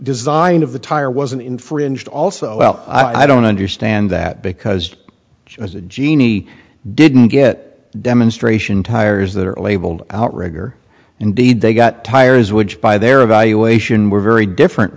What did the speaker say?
design of the tire wasn't infringed also well i don't understand that because as a genie didn't get demonstration tires that are labeled outrigger indeed they got tires which by their evaluation were very different